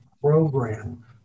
program